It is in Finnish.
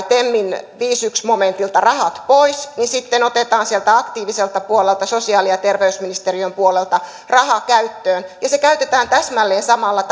temin viidenneltäkymmenenneltäensimmäiseltä momentilta rahat pois niin sitten otetaan sieltä aktiiviselta puolelta sosiaali ja terveysministeriön puolelta rahaa käyttöön ja se käytetään täsmälleen samalla